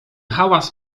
hałas